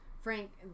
Frank